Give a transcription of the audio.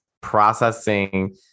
processing